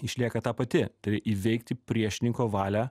išlieka ta pati tai įveikti priešininko valią